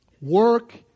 work